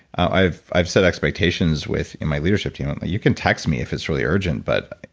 i've i've set expectations with in my leadership team, you can text me if it's really urgent, but,